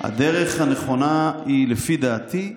--- הדרך הנכונה היא, לפי דעתי,